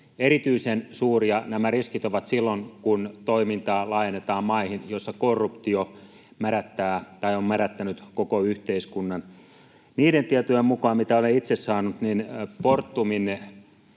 Erityisen suuria nämä riskit ovat silloin, kun toimintaa laajennetaan maihin, joissa korruptio on mädättänyt koko yhteiskunnan. Niiden tietojen mukaan, mitä olen itse saanut, Fortumin